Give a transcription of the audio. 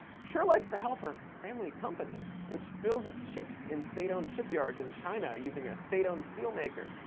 sure likes to help her family company, which builds its ships in state-owned shipyards in china using a state-owned steel maker,